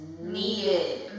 needed